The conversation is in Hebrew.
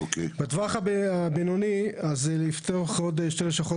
בטווח הבינוני לפתוח עוד שתי לשכות